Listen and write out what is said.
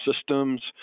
systems